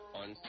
on